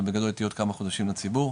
אבל בגדול היא תהיה עוד כמה חודשים לציבור.